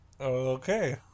Okay